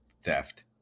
theft